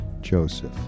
Joseph